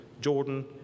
Jordan